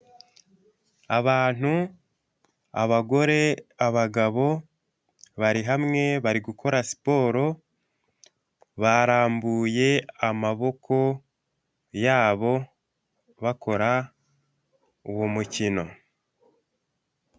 Abantu abagore abagabo bari hamwe bari gukora siporo, barambuye amaboko yabo bakora uwo mukino.